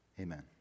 Amen